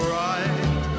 right